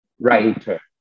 writer